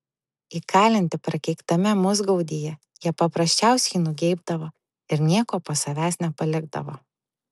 įkalinti prakeiktame musgaudyje jie paprasčiausiai nugeibdavo ir nieko po savęs nepalikdavo